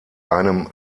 einem